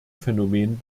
phänomen